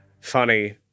funny